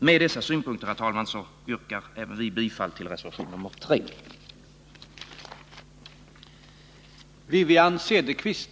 Med dessa synpunkter, herr talman, yrkar även vi bifall till reservation nr 3